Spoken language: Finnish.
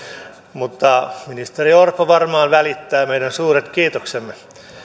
mutta ministeri orpo varmaan välittää meidän suuret kiitoksemme